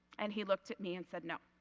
and he looked at me and said no.